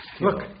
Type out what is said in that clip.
Look